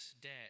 debt